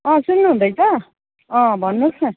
अँ सुन्नुहुँदैछ अँ भन्नुहोस् न